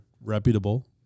reputable